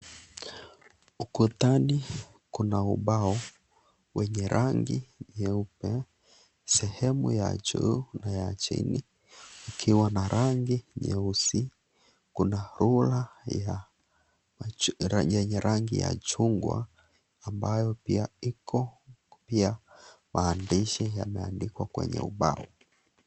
Ukutani kuna ubao, wenye rangi nyeupe, sehemu ya juu na ya chini ikiwa na rangi nyeusi. Kuna rula yenye rangi ya chungwa ambayo pia iko, pia maandishi yameandikwa kwenye ubao.